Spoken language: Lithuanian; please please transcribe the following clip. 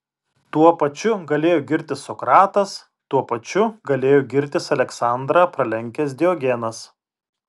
tuo pačiu galėjo girtis sokratas tuo pačiu galėjo girtis aleksandrą pralenkęs diogenas